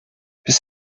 bis